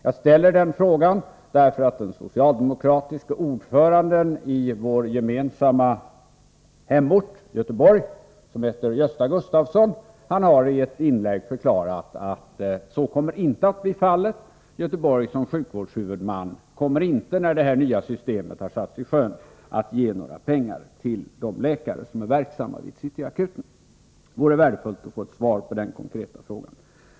Jag ställer den frågan därför att den socialdemokratiske ordföranden i vår gemensamma hemort, Göteborg, Gösta Gustavsson, i ett inlägg har förklarat att så inte kommer att bli fallet. Göteborg som sjukvårdshuvudman kommer inte, när det nya systemet har satts i sjön, att ge några pengar till de läkare som är verksamma vid City Akuten. Det vore värdefullt att få ett svar på dessa konkreta frågor.